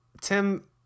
Tim